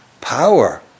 power